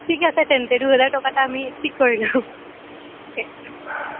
ঠিক আছে তেন্তে দুহেজাৰ টকাত আমি ঠিক কৰিলোঁ